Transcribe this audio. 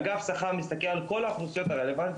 אגף שכר מסתכל על כל האוכלוסיות הרלוונטיות